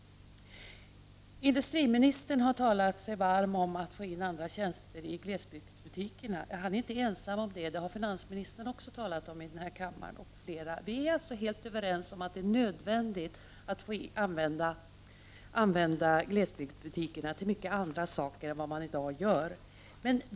Industriministern har talat sig varm för att få andra tjänster i glesbygdsbutiker. Han är inte ensam om det — det har också finansministern sagt här i kammaren. Vi är alltså överens om att det är nödvändigt att få använda glesbygdsbutikerna till många andra saker än i dag.